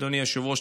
אדוני היושב-ראש,